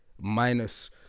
minus